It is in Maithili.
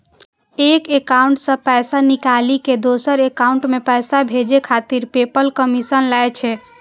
एक एकाउंट सं पैसा निकालि कें दोसर एकाउंट मे पैसा भेजै खातिर पेपल कमीशन लै छै